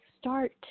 start